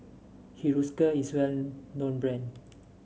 Hiruscar is well known brand